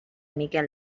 miquel